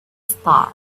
star